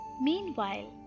Meanwhile